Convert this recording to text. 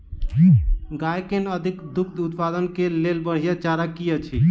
गाय केँ अधिक दुग्ध उत्पादन केँ लेल बढ़िया चारा की अछि?